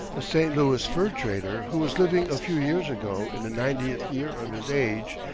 a st. louis fur trader, who was living a few years ago in the ninetieth year of his age,